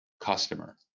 customer